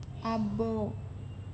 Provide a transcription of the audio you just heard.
అబ్బో